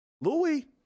Louis